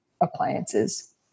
appliances